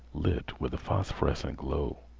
lit with a phosphorescent glow.